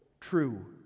true